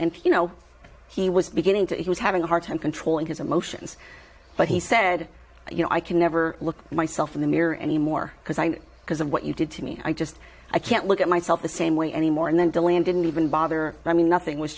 and you know he was beginning to he was having a hard time controlling his emotions but he said you know i can never look myself in the mirror anymore because because of what you did to me i just i can't look at myself the same way anymore and then dylan didn't even bother i mean nothing was